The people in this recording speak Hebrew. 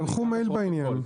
הם שלחו מייל בעניין.